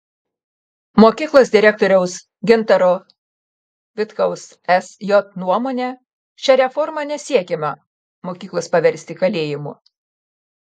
mokyklos direktoriaus gintaro vitkaus sj nuomone šia reforma nesiekiama mokyklos paversti kalėjimu